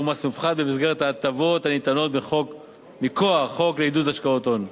מס מופחת במסגרת ההטבות הניתנות מכוח החוק לעידוד השקעות הון.